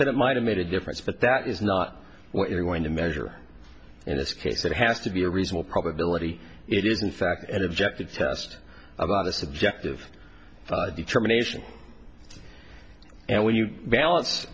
that it might have made a difference but that is not what you're going to measure in this case it has to be a reasonable probability it is in fact an objective test about a subjective determination and when you balance